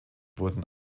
wurden